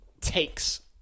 takes